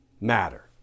matter